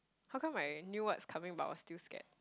how come I knew what's coming but I was still scared